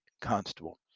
Constable